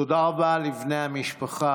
תודה רבה לבני המשפחה,